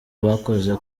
bakoze